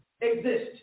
exist